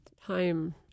time